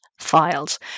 files